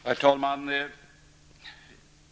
Herr talman!